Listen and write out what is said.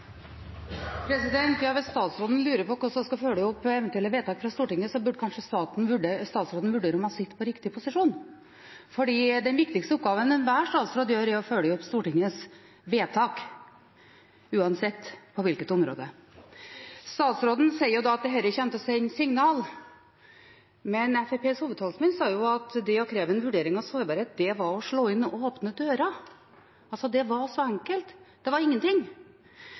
Hvis statsråden lurer på hvordan hun skal følge opp eventuelle vedtak fra Stortinget, burde kanskje statsråden vurdere om hun sitter i riktig posisjon, for den viktigste oppgaven enhver statsråd gjør, er å følge opp Stortingets vedtak, uansett hvilket område det er på. Statsråden sier at dette kommer til å sende signaler, men Fremskrittspartiets hovedtalsmann sa jo at det å kreve en vurdering av sårbarhet var å slå inn åpne dører. Det var altså så enkelt, det var ingenting.